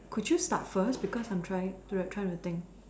could you start first because I am trying to record the thing